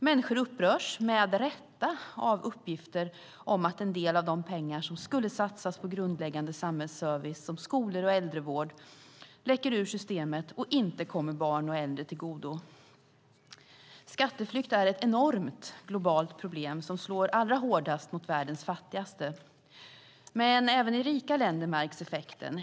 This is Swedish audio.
Människor upprörs, med rätta, av uppgifter om att en del av de pengar som skulle satsas på grundläggande samhällsservice som skolor och äldrevård läcker ur systemet och inte kommer barn och äldre till godo. Skatteflykt är ett enormt globalt problem som slår allra hårdast mot världens fattigaste. Men även i rika länder märks effekten.